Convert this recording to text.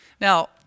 now